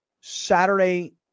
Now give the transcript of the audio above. saturday